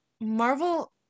marvel